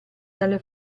dalle